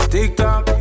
TikTok